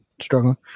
struggling